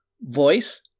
Voice